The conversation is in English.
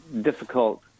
difficult